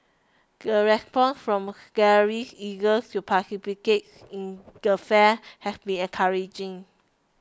the response from galleries eager to participate in the fair has been encouraging